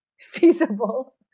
feasible